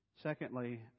Secondly